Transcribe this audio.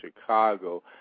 Chicago